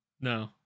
No